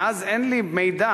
מאז אין לי מידע.